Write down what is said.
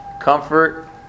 Comfort